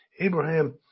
Abraham